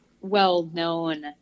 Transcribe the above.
well-known